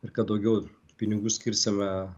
ir kad daugiau pinigų skirsime